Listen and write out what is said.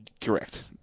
Correct